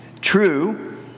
True